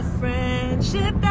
friendship